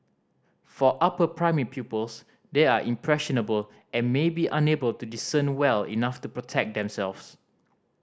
for upper primary pupils they are impressionable and may be unable to discern well enough to protect themselves